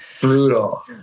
Brutal